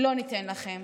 לא ניתן לכם.